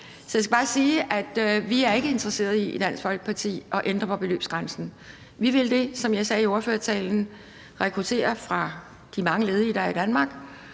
Så jeg skal bare sige, at vi i Dansk Folkeparti ikke er interesserede i at ændre på beløbsgrænsen. Vi vil, som jeg sagde i ordførertalen, rekruttere fra de mange ledige, der er i Danmark,